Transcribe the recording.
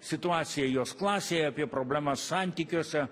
situaciją jos klasėje apie problemas santykiuose